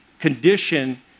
condition